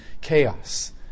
chaos